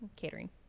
catering